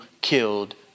killed